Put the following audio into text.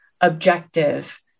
objective